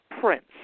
Prince